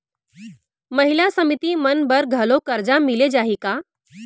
महिला समिति मन बर घलो करजा मिले जाही का?